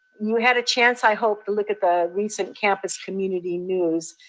you had a chance, i hope, to look at the recent campus community news.